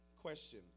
question